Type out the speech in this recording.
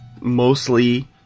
mostly